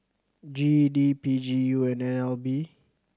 G E D P G U and N L B